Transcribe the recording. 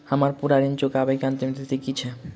हम्मर पूरा ऋण चुकाबै केँ अंतिम तिथि की छै?